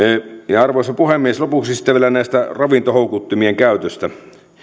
arvoisa puhemies lopuksi vielä ravintohoukuttimien käytöstä